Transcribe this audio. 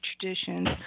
traditions